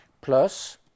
plus